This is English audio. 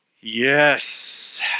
Yes